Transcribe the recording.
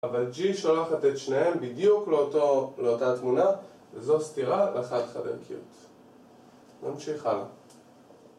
אבל G שולחת את שניהם בדיוק לאותה תמונה וזו סתירה לחד חד ערכיות. נמשיך הלאה